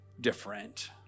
different